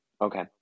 Okay